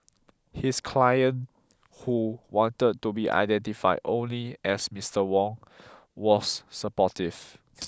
his client who wanted to be identified only as Mister Wong was supportive